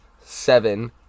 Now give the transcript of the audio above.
seven